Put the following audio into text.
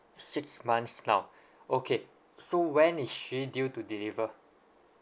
six months now okay so when is she due to deliver